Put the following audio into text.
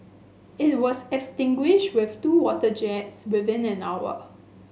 it was extinguished with two water jets within an hour